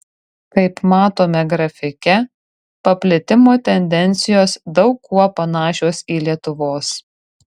kaip matome grafike paplitimo tendencijos daug kuo panašios į lietuvos